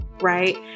Right